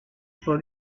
for